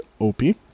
Opie